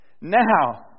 Now